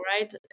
right